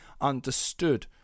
understood